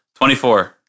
24